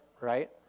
right